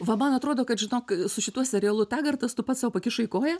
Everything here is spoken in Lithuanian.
va man atrodo kad žinok su šituo serialu tagartas tu pats sau pakišai koją